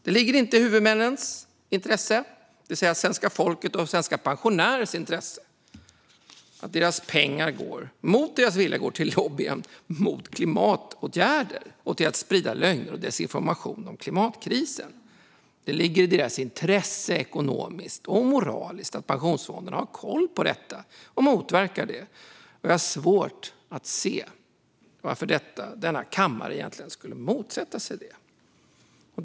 Det ligger inte i huvudmännens intresse - det vill säga svenska folkets och svenska pensionärers intresse - att deras pengar mot deras vilja går till lobbying mot klimatåtgärder och till att sprida lögner och desinformation om klimatkrisen. Det ligger i deras intresse, ekonomiskt och moraliskt, att pensionsfonderna har koll på detta och motverkar det. Jag har svårt att se varför denna kammare egentligen skulle motsätta sig detta.